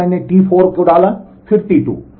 यहाँ मैंने T4 डाला फिर T2